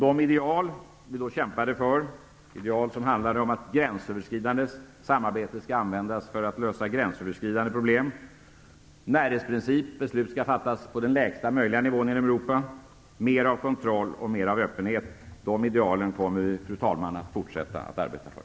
De ideal vi då kämpade för handlade om att gränsöverskridande samarbete skall användas för att lösa gränsöverskridande problem, om närhetsprincipen som innebär att beslut skall fattas på den lägsta möjliga nivån inom Europa och om större kontroll och större öppenhet. Dessa ideal kommer vi, fru talman, att fortsätta att arbeta för.